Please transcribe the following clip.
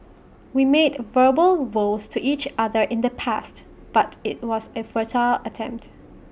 we made verbal vows to each other in the past but IT was A futile attempt